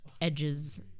edges